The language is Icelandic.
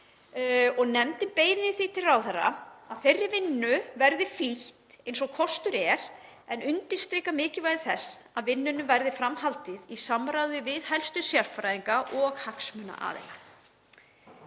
Nefndin beinir því til ráðherra að þeirri vinnu verði flýtt eins og kostur er en undirstrikar mikilvægi þess að vinnunni verði framhaldið í samráði við helstu sérfræðinga og hagsmunaaðila.